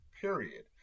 period